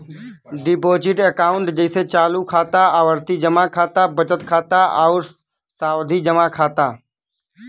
deposit account जइसे चालू खाता, आवर्ती जमा खाता, बचत खाता आउर सावधि जमा खाता